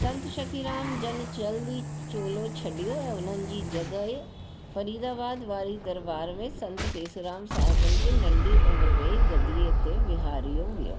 संत शखीराम जन जल्द ई चोलो छॾियो ऐं उन्हनि जी जॻहि फरीदाबाद वारी दरबार में संत पेसुराम साहिबन खे नंढी उमिरि में ई गद्दीअ ते वेहारियो वियो